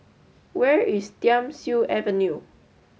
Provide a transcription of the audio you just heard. where is Thiam Siew Avenue